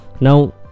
now